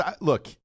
look